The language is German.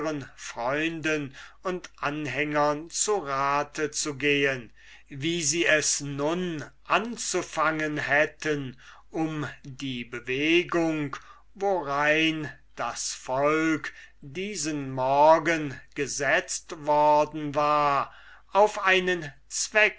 freunden und anhängern zu rate zu gehen wie sie es nun anzufangen hätten um die bewegung worein das volk diesen morgen gesetzt worden war auf einen